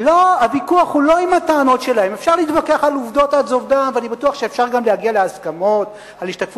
זה לא נכון שהעובדים הזרים תופסים מקומות עבודה?